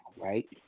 right